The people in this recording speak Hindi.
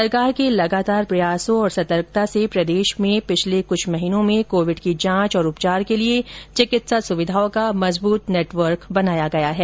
सरकार के लगातार प्रयासों और सतर्कता से प्रदेश में पिछले कुछ महीनों में कोविड की जांच और उपचार के लिए चिकित्सा सुविधाओं का मजबूत नेटवर्क स्थापित किया गया है